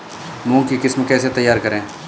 मूंग की किस्म कैसे तैयार करें?